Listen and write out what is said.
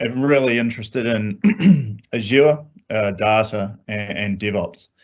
um really interested in azure data and devops.